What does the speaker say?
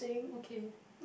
okay